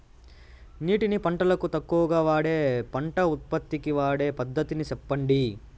నీటిని పంటలకు తక్కువగా వాడే పంట ఉత్పత్తికి వాడే పద్ధతిని సెప్పండి?